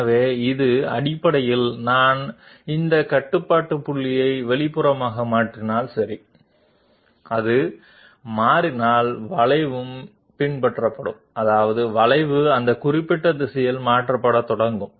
కనుక ఇది ప్రాథమికంగా మేము ఈ కంట్రోల్ పాయింట్ని బయటికి మార్చినట్లయితే అది మారినట్లయితే కర్వ్ కూడా అనుసరించబడుతుంది అంటే కర్వ్ కూడా నిర్దిష్ట దిశలో మారడం ప్రారంభిస్తుంది